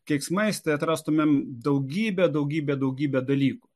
keiksmais tai atrastumėm daugybę daugybę daugybę dalykų